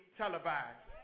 televised